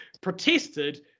protested